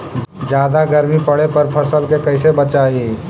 जादा गर्मी पड़े पर फसल के कैसे बचाई?